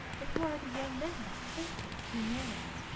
and who are the young men like princes who man it?